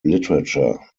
literature